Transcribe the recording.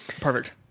Perfect